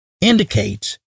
indicates